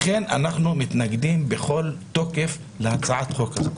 לכן אנחנו מתנגדים בכל תוקף להצעת החוק הזו.